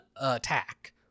attack